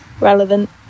relevant